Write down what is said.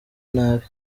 nabi